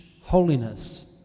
holiness